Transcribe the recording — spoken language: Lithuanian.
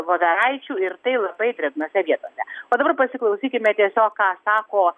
voveraičių ir tai labai drėgnose vietose o dabar pasiklausykime tiesiog ką sako